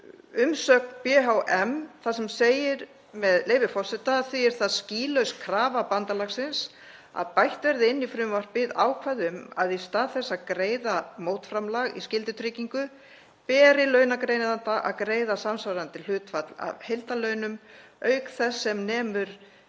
umsögn BHM þar sem segir, með leyfi forseta: „Því er það skýlaus krafa bandalagsins að bætt verði inn í frumvarpið ákvæði um að í stað þess að greiða mótframlag í skyldutryggingu beri launagreiðanda að greiða samsvarandi hlutfall af heildarlaunum, auk þess sem nemur